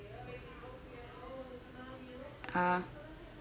ah